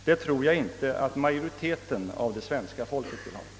Det tror jag inte att majoriteten av det svenska folket vill ha.